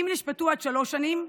אם נשפטו לעד שלוש שנים,